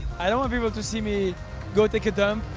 i don't want people to see me go take a dump.